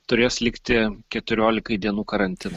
turės likti keturiolikai dienų karantino